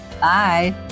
Bye